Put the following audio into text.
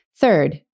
Third